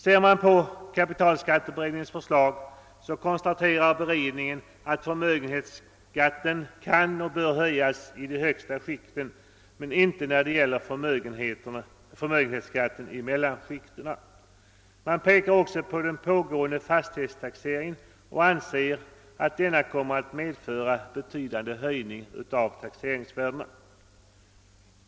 Ser man på kapitalskatteberedningens förslag, finner man att beredningen konstaterar att förmögenhetsskatten kan och bör höjas i de högsta skikten men inte, när det gäller förmögenhetsskatten, i mellanskikten. Man pekar också på den pågående fastighetstaxeringen och anser att denna kommer att medföra betydande höjning av taxeringsvärdena.